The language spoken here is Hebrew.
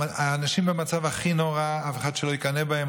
האנשים במצב הכי נורא שאף אחד לא יקנא בהם,